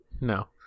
no